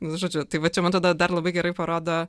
žodžiu tai va čia man atrodo dar labai gerai parodo